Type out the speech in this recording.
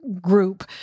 group